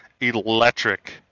electric